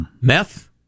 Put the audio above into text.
Meth